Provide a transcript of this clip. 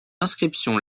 inscription